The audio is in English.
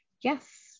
yes